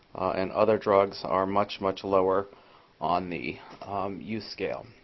and other drugs are much, much lower on the use scale.